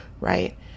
right